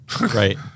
Right